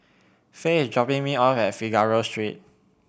Fae is dropping me off at Figaro Street